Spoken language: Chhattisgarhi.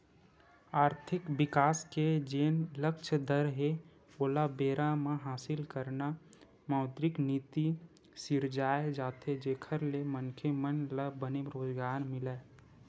आरथिक बिकास के जेन लक्छ दर हे ओला बेरा म हासिल करना मौद्रिक नीति सिरजाये जाथे जेखर ले मनखे मन ल बने रोजगार मिलय